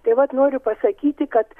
tai vat noriu pasakyti kad